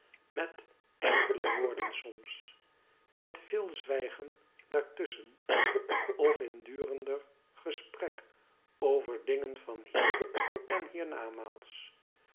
met enkele woorden soms met veel zwijgen daartusschen of in durender gesprek over dingen van hier en hier-namaals